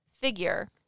figure